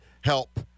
help